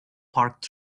parked